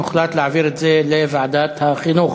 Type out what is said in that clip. הוחלט להעביר את זה לוועדת החינוך.